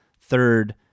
third